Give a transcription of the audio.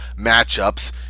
matchups